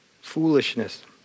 foolishness